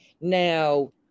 Now